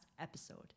episode